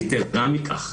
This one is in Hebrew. יתרה מכך,